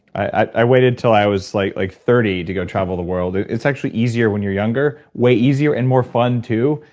i waited till i was like like thirty to go travel the world. it's actually easier when you're younger. way easier, and more fun, too.